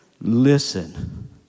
listen